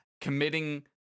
committing